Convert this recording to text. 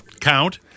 count